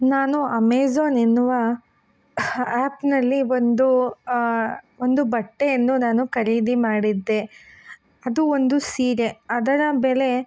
ನಾನು ಅಮೇಝಾನ್ ಎನ್ನುವ ಆ್ಯಪ್ನಲ್ಲಿ ಒಂದು ಒಂದು ಬಟ್ಟೆಯನ್ನು ನಾನು ಖರೀದಿ ಮಾಡಿದ್ದೆ ಅದು ಒಂದು ಸೀರೆ ಅದರ ಬೆಲೆ